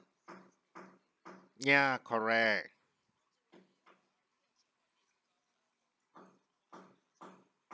ya correct